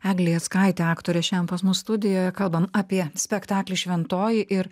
eglė jackaitė aktorė šiandien pas mus studijoje kalbam apie spektaklį šventoji ir